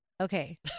Okay